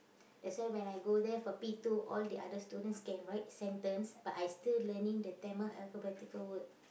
that's why when I go there for P two all the other students can write sentence but I still learning the Tamil alphabetical word